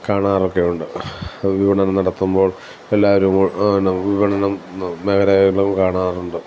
കാണാറൊക്കെ ഉണ്ട് ഉദ്ഘാടനം നടത്തുമ്പോൾ എല്ലാവരും ഉദ്ഘാടനം മേഖലകളിലും കാണാറുണ്ട്